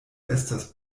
estas